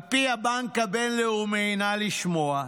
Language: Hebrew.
על פי הבנק העולמי, נא לשמוע,